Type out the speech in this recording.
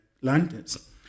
lanterns